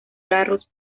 garros